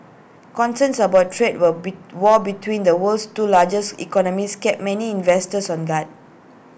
concerns about trade war be war between the world's two largest economies kept many investors on guard